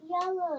yellow